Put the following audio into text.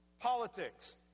politics